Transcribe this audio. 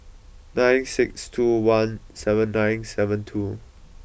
nine six two one seven nine seven two